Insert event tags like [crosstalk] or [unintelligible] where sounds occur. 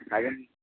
[unintelligible]